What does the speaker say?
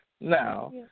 Now